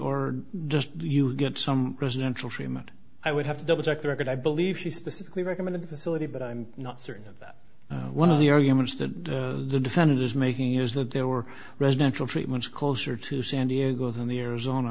or just you get some residential treatment i would have to double check the record i believe she specifically recommended the syllabi but i'm not certain of that one of the arguments that the defendant is making is that there were residential treatments closer to san diego than the arizona